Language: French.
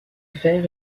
fer